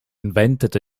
invented